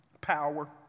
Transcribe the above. power